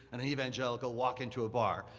and a evangelical walk into a bar,